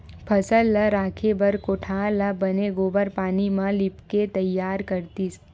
फसल ल राखे बर कोठार ल बने गोबार पानी म लिपके तइयार करतिस